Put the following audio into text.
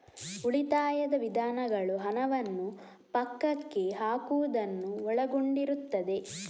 ಉಳಿತಾಯದ ವಿಧಾನಗಳು ಹಣವನ್ನು ಪಕ್ಕಕ್ಕೆ ಹಾಕುವುದನ್ನು ಒಳಗೊಂಡಿರುತ್ತದೆ